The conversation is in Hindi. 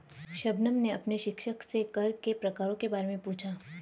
शबनम ने अपने शिक्षक से कर के प्रकारों के बारे में पूछा